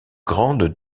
grandes